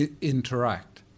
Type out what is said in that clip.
interact